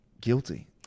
guilty